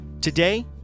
Today